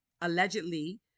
allegedly